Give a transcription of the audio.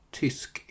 tysk